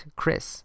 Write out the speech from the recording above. Chris